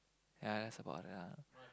ya that's about the